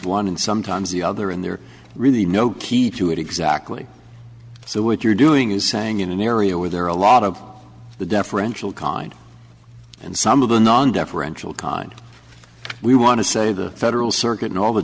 and sometimes the other and there are really no key to it exactly so what you're doing is saying in an area where there are a lot of the deferential kind and some of the non deferential kind we want to say the federal circuit and all the